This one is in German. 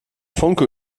funke